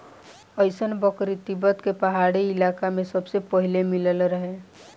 अइसन बकरी तिब्बत के पहाड़ी इलाका में सबसे पहिले मिलल रहे